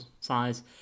size